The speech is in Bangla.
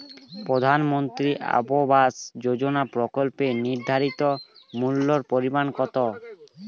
প্রধানমন্ত্রী আবাস যোজনার প্রকল্পের নির্ধারিত মূল্যে পরিমাণ কত?